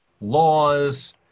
laws